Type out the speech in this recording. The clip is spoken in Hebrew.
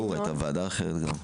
תודה.